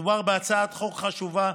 מדובר בהצעת חוק חשובה,